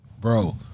Bro